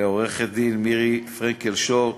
לעורכת-דין מירי פרנקל-שור,